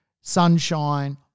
Sunshine